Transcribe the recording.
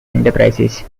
enterprises